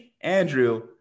Andrew